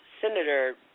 Senator